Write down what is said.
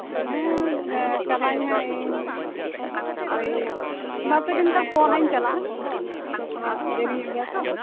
ᱚᱻ ᱦᱮᱸ ᱪᱟᱞᱟᱜ ᱟᱹᱧ ᱱᱟᱦᱟᱜ ᱤᱧ ᱳᱭ ᱵᱟᱨᱼᱯᱮ ᱫᱤᱱ ᱜᱟᱱ ᱯᱚᱨ ᱱᱟᱦᱟᱜ ᱤᱧ ᱪᱟᱞᱟᱜᱼᱟ ᱵᱟᱯᱞᱟ ᱫᱮᱨᱤ ᱧᱚᱜ ᱜᱮᱭᱟ ᱛᱳ